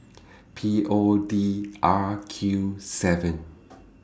P O D R Q seven